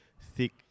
thick